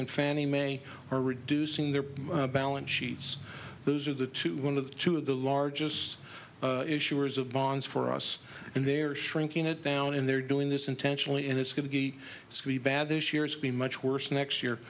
and fannie mae are reducing their balance sheets those are the two one of the largest issuers of bonds for us and they're shrinking it down and they're doing this intentionally and it's going to be bad this year it's been much worse next year